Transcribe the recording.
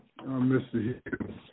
Mr